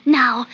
now